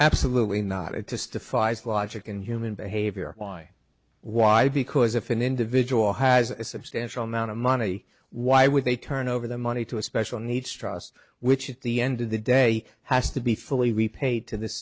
absolutely not it just defies logic and human behavior why why because if an individual has a substantial amount of money why would they turn over the money to a special needs trust which at the end of the day has to be fully repaid to th